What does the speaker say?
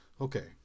okay